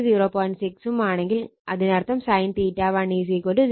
6 ഉം ആണെങ്കിൽ അതിനർത്ഥം sin 1 0